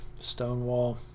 stonewall